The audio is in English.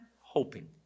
Hoping